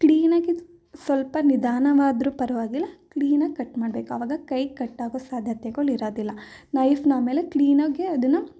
ಕ್ಲೀನಾಗಿ ಸ್ವಲ್ಪ ನಿಧಾನವಾದ್ರೂ ಪರವಾಗಿಲ್ಲ ಕ್ಲೀನಾಗಿ ಕಟ್ ಮಾಡ್ಬೇಕು ಅವಾಗ ಕೈ ಕಟ್ಟಾಗೊ ಸಾಧ್ಯತೆಗಳು ಇರೋದಿಲ್ಲ ನೈಫ್ನ ಆಮೇಲೆ ಕ್ಲೀನಾಗೆ ಅದನ್ನು